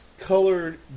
colored